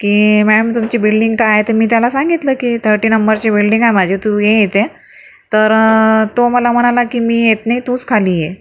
की मॅम तुमची बिल्डिंग काय आहे तर मी त्याला सांगितलं की थर्टी नंबरची बिल्डिंग आहे माझी तू ये इथे तर तो मला म्हणाला की मी येत नाही तूच खाली ये